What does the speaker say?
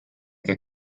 che